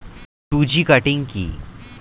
Two G cutting কি?